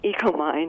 EcoMind